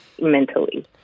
mentally